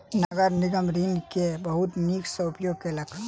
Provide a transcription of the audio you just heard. नगर निगम ऋण के बहुत नीक सॅ उपयोग केलक